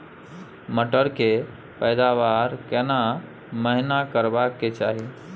मटर के पैदावार केना महिना करबा के चाही?